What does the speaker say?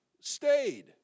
stayed